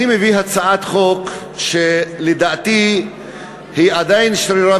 אני מביא הצעת חוק שלדעתי עדיין שרירה